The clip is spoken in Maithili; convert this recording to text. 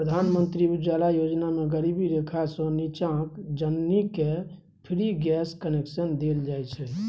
प्रधानमंत्री उज्जवला योजना मे गरीबी रेखासँ नीच्चाक जनानीकेँ फ्री गैस कनेक्शन देल जाइ छै